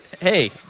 Hey